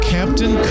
Captain